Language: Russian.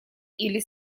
или